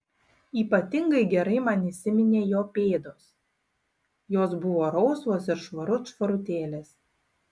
ypatingai gerai man įsiminė jo pėdos jos buvo rausvos ir švarut švarutėlės